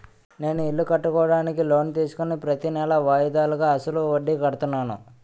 నేను ఇల్లు కట్టుకోడానికి లోన్ తీసుకుని ప్రతీనెలా వాయిదాలుగా అసలు వడ్డీ కడుతున్నాను